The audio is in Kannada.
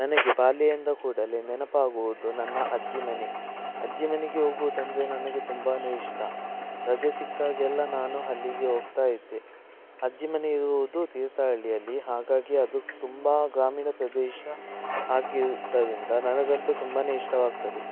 ನನಗೆ ಬಾಲ್ಯ ಎಂದ ಕೂಡಲೇ ನೆನಪಾಗುವುದು ನನ್ನ ಅಜ್ಜಿ ಮನೆ ಅಜ್ಜಿ ಮನೆಗೆ ಹೋಗುವುದಂದ್ರೆ ನನಗೆ ತುಂಬಾ ಇಷ್ಟ ರಜೆ ಸಿಕ್ಕಾಗೆಲ್ಲ ನಾನು ಅಲ್ಲಿಗೆ ಹೋಗ್ತಾ ಇದ್ದೆ ಅಜ್ಜಿ ಮನೆ ಇರುವುದು ತೀರ್ಥಹಳ್ಳಿಯಲ್ಲಿ ಹಾಗಾಗಿ ಅದು ತುಂಬ ಗ್ರಾಮೀಣ ಪ್ರದೇಶ ಆಗಿದ್ದರಿಂದ ನನಗಂತೂ ತುಂಬಾ ಇಷ್ಟವಾಗ್ತದೆ